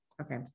okay